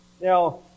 Now